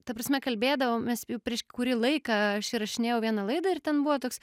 ta prasme kalbėdavomės jau prieš kurį laiką aš įrašinėjau vieną laidą ir ten buvo toks